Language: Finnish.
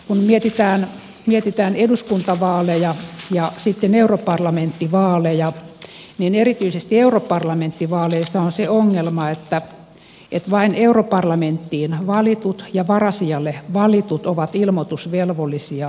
kun mietitään eduskuntavaaleja ja sitten europarlamenttivaaleja niin erityisesti europarlamenttivaaleissa on se ongelma että vain europarlamenttiin valitut ja varasijalle valitut ovat ilmoitusvelvollisia vaalirahoituksesta